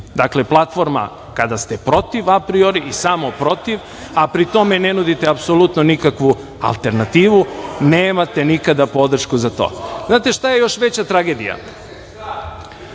Dakle, platforma kada ste protiv apriori i samo protiv, a pri tome ne nudite apsolutno nikakvu alternativu, nemate nikada podršku za to. Znate šta je još veća tragedija?(Radomir